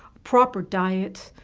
proper diet,